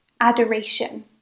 adoration